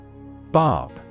Bob